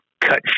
cut